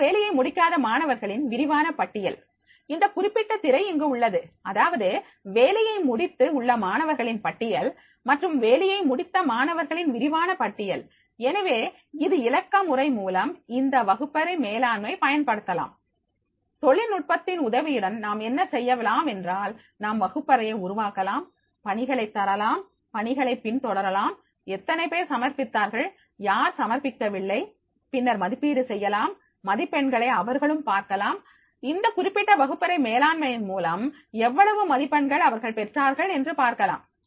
தங்கள் வேலையை முடிக்காத மாணவர்களின் விரிவான பட்டியல் இந்த குறிப்பிட்ட திரை இங்கு உள்ளது அதாவது வேலையை முடித்து உள்ள மாணவர்களின் பட்டியல் மற்றும் வேலையை முடித்த மாணவர்களின் விரிவான பட்டியல் எனவே இது இலக்கமுறை மூலம் இந்த வகுப்பறை மேலாண்மை பயன்படுத்தலாம் தொழில்நுட்பத்தின் உதவியுடன் நாம் என்ன செய்யலாம் என்றால் நாம் வகுப்பறையை உருவாக்கலாம் பணிகளை தரலாம் பணிகளை பின் தொடரலாம் எத்தனைபேர் சமர்ப்பித்தார்கள் யார் சமர்ப்பிக்கவில்லை பின்னர் மதிப்பீடு செய்யலாம் மதிப்பெண்களை அவர்களும் பார்க்கலாம் இந்த குறிப்பிட்ட வகுப்பறை மேலாண்மையின் மூலம் எவ்வளவு மதிப்பெண்கள் அவர்கள் பெற்றார்கள் என்று பார்க்கலாம்